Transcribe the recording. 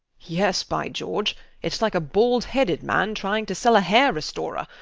yes, by george its like a bald-headed man trying to sell a hair restorer.